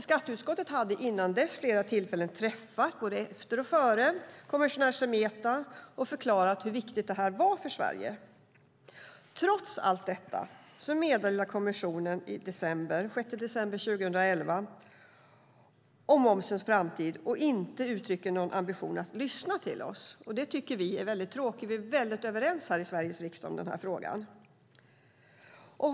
Skatteutskottet har både före och efter detta vid flera tillfällen träffat kommissionär Semeta och förklarat hur viktigt detta är för Sverige. Trots allt detta kom ett meddelade från kommissionen den 6 december 2011 om momsens framtid. Kommissionen uttrycker inte någon ambition att lyssna på oss. Vi tycker att detta är tråkigt, och vi är överens i Sveriges riksdag om denna fråga.